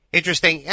Interesting